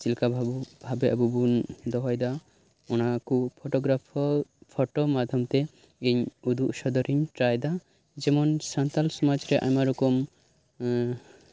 ᱪᱮᱫ ᱞᱮᱠᱟ ᱵᱷᱟᱵᱮ ᱟᱵᱚ ᱵᱚᱱ ᱫᱚᱦᱚᱭᱮᱫᱟ ᱚᱱᱟ ᱠᱚ ᱯᱷᱳᱴᱳ ᱜᱨᱟᱯᱷᱟᱨ ᱯᱷᱳᱴᱳ ᱠᱚ ᱢᱟᱫᱽᱫᱷᱚᱢ ᱛᱮ ᱤᱧ ᱩᱫᱩᱜ ᱚᱫᱚᱨ ᱤᱧ ᱴᱨᱟᱭ ᱮᱫᱟ ᱡᱮᱢᱚᱱ ᱥᱟᱱᱛᱟᱲ ᱥᱚᱢᱟᱡᱽ ᱨᱮ ᱟᱭᱢᱟ ᱨᱚᱠᱚᱢ